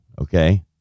Okay